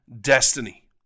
destiny